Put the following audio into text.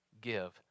give